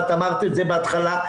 ואמרת את זה בהתחלה,